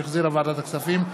שהחזירה ועדת הכספים,